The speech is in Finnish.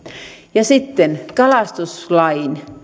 ja sitten kalastuslain